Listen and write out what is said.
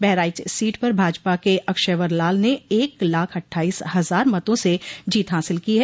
Bahraich seat पर भाजपा के अक्षयवर लाल ने एक लाख अट्ठाईस हजार मतों से जीत हासिल की है